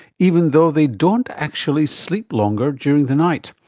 even though they don't actually sleep longer during the night.